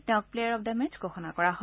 তেওঁক player of the match ঘোষণা কৰা হয়